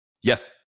Yes